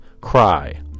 cry